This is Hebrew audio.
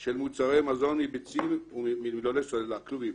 של מוצרי מזון מביצים ומגידולי סוללה, כלובים.